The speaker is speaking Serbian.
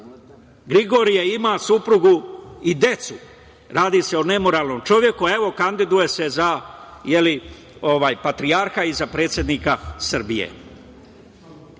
Gligorije ima suprugu i decu. Radi se o nemoralnom čoveku, a evo kandiduje se za patrijarha i za predsednika Srbije.I